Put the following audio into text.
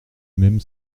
même